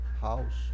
house